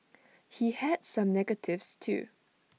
he had some negatives too